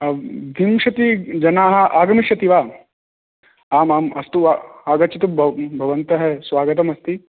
विंशतिजनाः आगमिष्यति वा आम् आम् अस्तु आगच्छतु भवन्तः स्वागतमस्ति